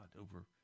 over